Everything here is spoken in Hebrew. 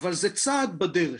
אבל זה צעד בדרך.